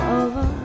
over